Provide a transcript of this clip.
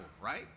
right